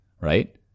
right